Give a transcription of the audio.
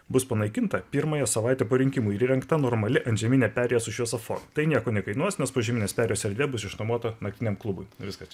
bus panaikinta pirmąją savaitę po rinkimų ir įrengta normali antžeminė perėja su šviesoforu tai nieko nekainuos nes požeminės perėjos erdvė bus išnuomota naktiniam klubui viskas